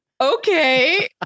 Okay